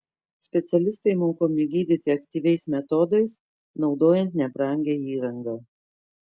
specialistai mokomi gydyti aktyviais metodais naudojant nebrangią įrangą